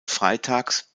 freitags